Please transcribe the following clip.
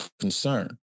concern